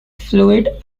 fluid